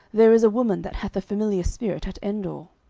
there is a woman that hath a familiar spirit at endor.